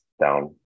down